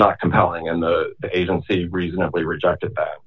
not compelling and the agency reasonably rejected